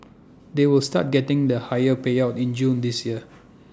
they will start getting the higher payouts in June this year